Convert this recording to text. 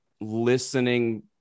listening